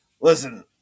listen